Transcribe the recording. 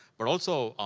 but also,